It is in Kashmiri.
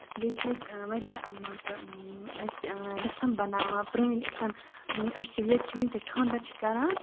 بیٚیہِ چھِ ییٚتہِ واریاہ مان ژٕ أسۍ رَسٕم بَناوان پرٲنۍ یِتھ کَنۍ أسۍ چھِ ییٚتہِ چھِ ؤنہِ تہِ خاندر چھِ کران